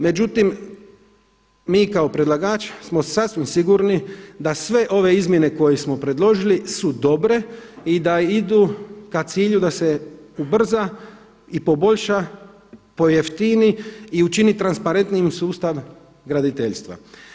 Međutim, mi kao predlagač smo sasvim sigurni da sve ove izmjene koje smo predložili su dobre i da idu k cilju da se ubrza i poboljša, pojeftini i učini transparentnijim sustav graditeljstva.